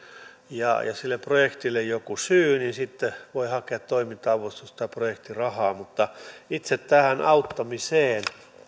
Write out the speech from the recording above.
ja sille projektille joku syy sitten voi hakea toiminta avustusta tai projektirahaa mutta itse tähän auttamiseen